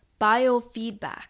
biofeedback